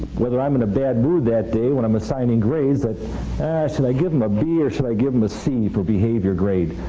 whether i'm in a bad mood that day when i'm assigning grades, that should i give them a b, or should i give them a c for behavior grade.